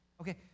Okay